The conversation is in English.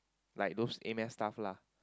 like those A math stuff lah